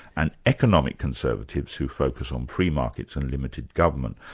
and economic conservatives who focus on free markets and limited government.